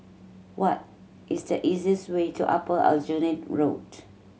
what is the easiest way to Upper Aljunied Road